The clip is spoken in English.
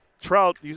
Trout